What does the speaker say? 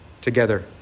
together